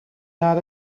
maar